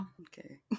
okay